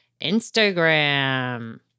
Instagram